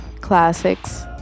classics